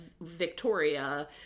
Victoria